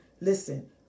Listen